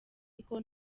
ariko